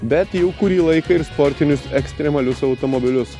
bet jau kurį laiką ir sportinius ekstremalius automobilius